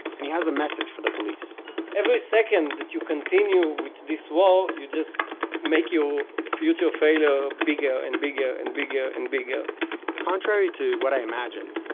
and he has a message for the police every second that you continue with this war you just make your future failure bigger and bigger and bigger and bigger contrary to what i imagined,